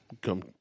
Come